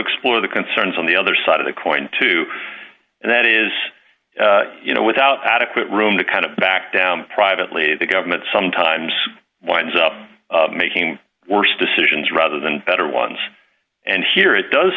explore the concerns on the other side of the coin too and that is you know without adequate room to kind of back down privately the government sometimes winds up making worse decisions rather than better ones and here it does